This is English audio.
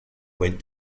went